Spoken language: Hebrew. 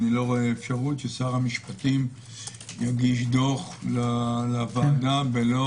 אני לא רואה אפשרות ששר המשפטים יגיש דוח לוועדה בלא